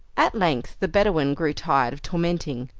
at length the bedouin grew tired of tormenting,